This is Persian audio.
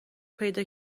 پیدا